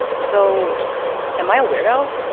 so am i a weirdo.